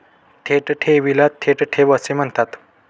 थेट ठेवीला थेट ठेव असे म्हणतात